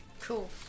Cool